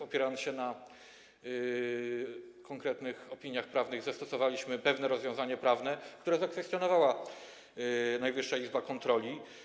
Opierając się na konkretnych opiniach prawnych, zastosowaliśmy pewne rozwiązanie prawne, które zakwestionowała Najwyższa Izba Kontroli.